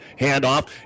handoff